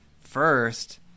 first